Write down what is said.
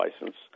license